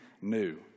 new